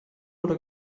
oder